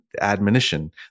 admonition